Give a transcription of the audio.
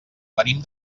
venim